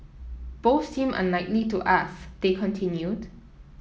both seem unlikely to us they continued